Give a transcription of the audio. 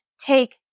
take